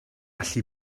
allu